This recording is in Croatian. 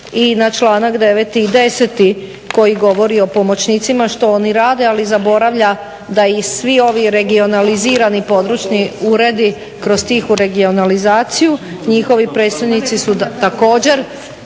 i na članak 9. i 10. koji govori o pomoćnicima što oni rade, ali zaboravlja da i svi ovi regionalizirani područni uredi kroz tihu regionalizaciju njihovi predstavnici su također